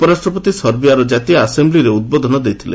ଉପରାଷ୍ଟ୍ରପତି ସର୍ବିଆର ଜାତୀୟ ଆସେମ୍ପ୍ଲିରେ ଉଦ୍ବୋଧନ ଦେଇଥିଲେ